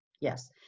yes